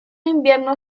invierno